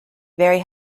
very